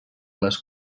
les